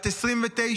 בת 29,